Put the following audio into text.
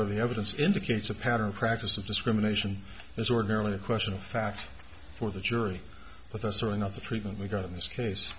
whether the evidence indicates a pattern practice of discrimination is ordinarily a question of fact for the jury but that's really not the treatment we got in this case